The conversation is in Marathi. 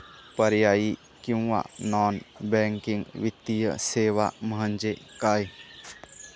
पर्यायी किंवा नॉन बँकिंग वित्तीय सेवा म्हणजे काय?